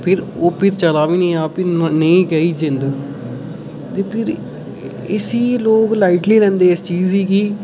फ्ही चले बी निं ते नेही कनेही जिंद ते फ्ही इसी लोक लाईटली लैंदे